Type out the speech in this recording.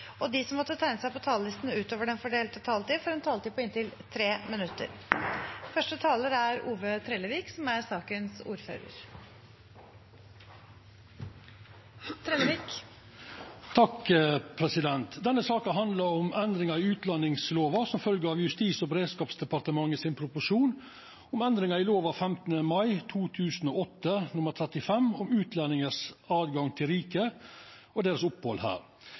og de som måtte tegne seg på talerlisten utover den fordelte taletid, får en taletid på inntil 3 minutter. Denne saka handlar om endringar i utlendingslova som følgje av Justis- og beredskapsdepartementets proposisjon om endringar i lov av 15. mai 2008 nr. 35 om utlendingars åtgang til riket og deira opphald her.